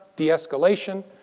de-escalation,